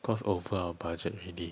cause over our budget already